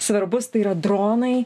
svarbus tai yra dronai